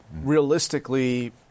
Realistically